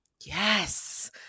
Yes